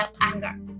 anger